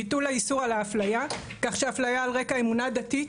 ביטול האיסור על האפליה כך שאפליה על רקע אמונה דתית,